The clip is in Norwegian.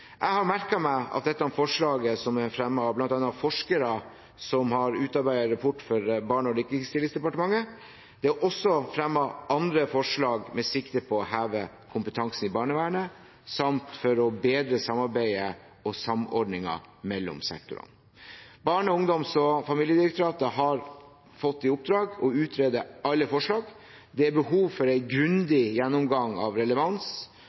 Jeg har merket meg at dette er foreslått bl.a. av forskere som har utarbeidet en rapport for Barne- og likestillingsdepartementet. Det er også fremmet andre forslag med sikte på å heve kompetansen i barnevernet samt å bedre samarbeidet og samordningen mellom sektorene. Barne-, ungdoms- og familiedirektoratet har fått i oppdrag å utrede alle forslag. Det er behov for en grundig gjennomgang av relevans,